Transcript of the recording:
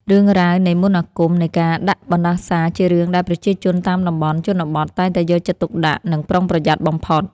រឿងរ៉ាវនៃមន្តអាគមនិងការដាក់បណ្តាសាជារឿងដែលប្រជាជនតាមតំបន់ជនបទតែងតែយកចិត្តទុកដាក់និងប្រុងប្រយ័ត្នបំផុត។